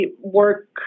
work